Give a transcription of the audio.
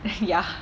ya